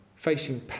Facing